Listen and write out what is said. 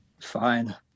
Fine